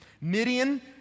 Midian